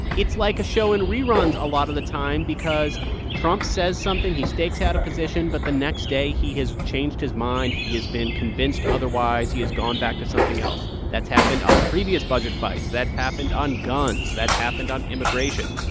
it's like a show in reruns a lot of the time because trump says something, he stakes out a position. but the next day, he has changed his mind. he has been convinced otherwise. he has gone back to something else. that's happened on previous budget fights. that happened on guns. that's happened on immigration.